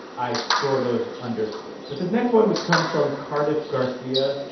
i sort of understood. but this next one, which comes from cardiff garcia,